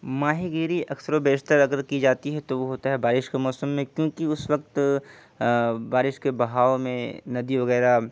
ماہی گیری اکثر و بیشتر اگر کی جاتی ہے تو وہ ہوتا ہے بارش کے موسم میں کیونکہ اس وقت بارش کے بہاؤ میں ندی وغیرہ